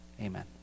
Amen